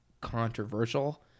controversial